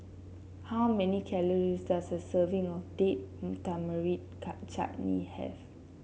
how many calories does a serving of Date Tamarind Chutney have